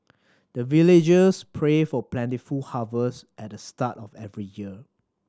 the villagers pray for plentiful harvest at the start of every year